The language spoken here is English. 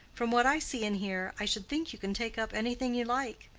from what i see and hear, i should think you can take up anything you like.